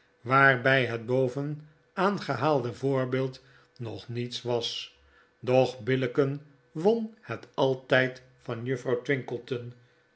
waarbij het boven aangehaalde voorbeeld nog niets was doch billicken won het altyd van juffrouw